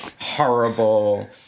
horrible